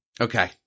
okay